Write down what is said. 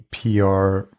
PR